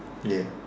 ya